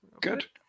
Good